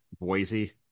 Boise